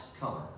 color